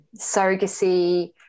surrogacy